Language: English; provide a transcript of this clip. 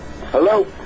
Hello